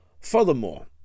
Furthermore